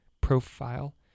Profile